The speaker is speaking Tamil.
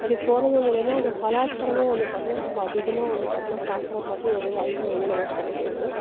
அப்படி போகிறது மூலயமா அந்த கலாச்சாரமும் வந்து பார்த்தீனா நம்ம அதிகமாக வந்து பார்த்தீனா பார்க்குற மாதிரி ஒரு வாய்ப்பு வந்து நமக்கு கிடைக்கிது